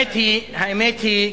האמת היא,